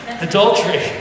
adultery